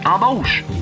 embauche